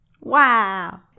Wow